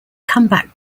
comeback